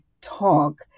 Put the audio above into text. talk